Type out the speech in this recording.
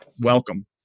welcome